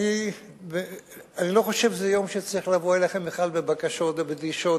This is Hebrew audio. אני לא חושב שזה יום שבו צריך לבוא אליכם בכלל בבקשות ובדרישות,